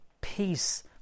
peace